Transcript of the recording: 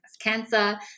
cancer